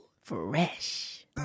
Fresh